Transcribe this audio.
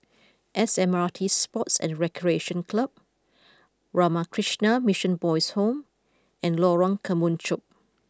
S M R T Sports and Recreation Club Ramakrishna Mission Boys' Home and Lorong Kemunchup